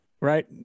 right